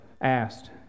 asked